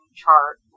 chart